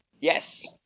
Yes